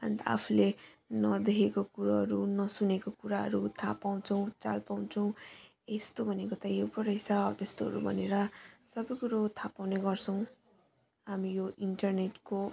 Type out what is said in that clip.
अनि त आफूले नदेखेको कुरोहरू नसुनेको कुराहरू थाहा पाउँछौँ चाल पाउँछौँ यस्तो भनेको त यो पो रहेछ हो त्यस्तोहरू भनेर सबै कुरो थाहा पाउने गर्छौँ हामी यो इन्टरनेटको